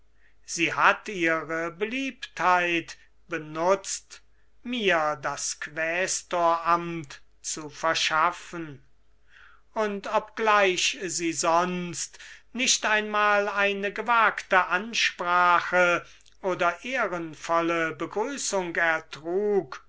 sie hat ihre beliebtheit benutzt mir das quästoramt zu verschaffen und obgleich sie nicht einmal eine gewagte ansprache oder ehrenvolle begrüßung ertrug